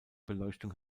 beleuchtung